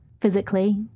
physically